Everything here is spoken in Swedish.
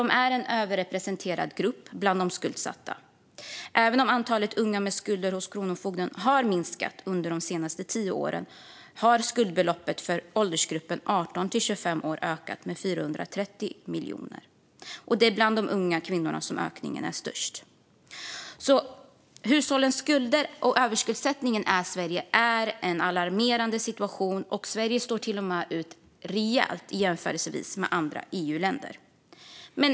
De är en överrepresenterad grupp bland de skuldsatta. Även om antalet unga med skulder hos Kronofogden har minskat under de senaste tio åren har skuldbeloppet för åldersgruppen 18-25 år ökat med 430 miljoner. Det är bland de unga kvinnorna som ökningen är störst. Hushållens skulder och överskuldsättningen i Sverige är en alarmerande situation. Sverige står till och med ut rejält i jämförelse med andra EU-länder.